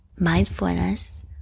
mindfulness